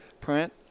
print